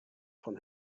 von